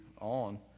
on